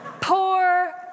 Poor